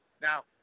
Now